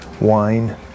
wine